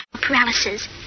paralysis